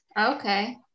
Okay